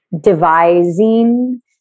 devising